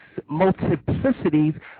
multiplicities